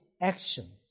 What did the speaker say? action